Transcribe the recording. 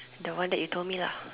the one that you told me lah